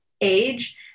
age